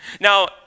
Now